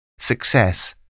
success